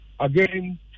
Again